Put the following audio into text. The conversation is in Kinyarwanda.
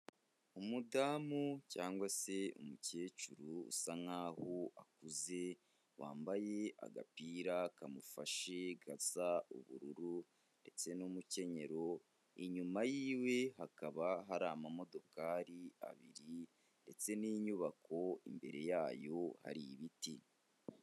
Umudamu cyangwa se umukecuru usa nkaho akuze, wambaye agapira kamufashe gasa ubururu ndetse n'umukenyero, inyuma yiwe hakaba hari amamodokari abiri ndetse n'inyubako, imbere yayo hari ibiti.